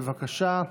בבקשה,